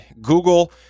Google